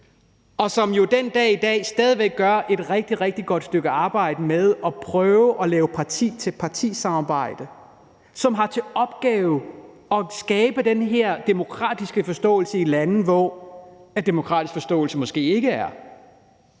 og som jo den dag i dag stadig væk gør et rigtig, rigtig godt stykke arbejde med at prøve at lave parti til parti-samarbejde, som har til opgave at skabe den her demokratiske forståelse i lande, hvor demokratisk forståelse måske ikke er